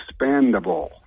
expandable